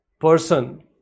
person